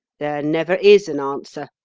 there never is an answer,